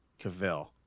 Cavill